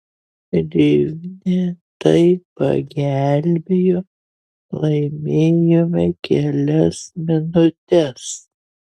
rivne tai pagelbėjo laimėjome kelias minutes